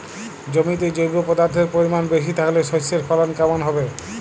জমিতে জৈব পদার্থের পরিমাণ বেশি থাকলে শস্যর ফলন কেমন হবে?